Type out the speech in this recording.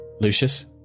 Lucius